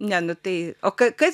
ne nu tai o kas